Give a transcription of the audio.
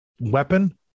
weapon